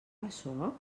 açò